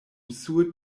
sur